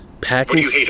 packing